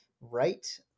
right